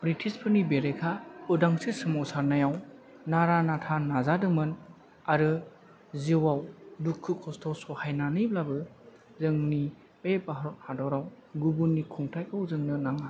ब्रिटिसफोरनि बेरेखा उदांस्रि सोमावसारनायाव नारा नाथा नाजादोंमोन आरो जिउआव दुखु खस्थ' सहायनानैब्लाबो जोंनि बे भारत हादराव गुबुननि खुंथायखौ जोंनो नाङा